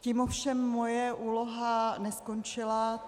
Tím ovšem moje úloha neskončila.